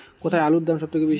কোথায় আলুর দাম সবথেকে বেশি?